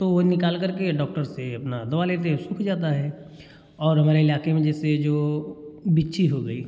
तो वो निकाल करके डॉक्टर से अपना दवा लेते हैं सूख जाता है और हमारे इलाके में जैसे जो बिच्छी हो गई